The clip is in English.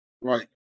Right